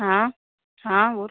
हाँ हाँ और